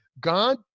God